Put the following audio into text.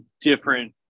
different